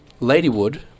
Ladywood